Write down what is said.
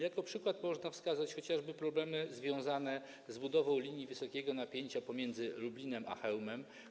Jako przykład można wskazać chociażby problemy związane z budową linii wysokiego napięcia pomiędzy Lublinem a Chełmem.